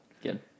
Good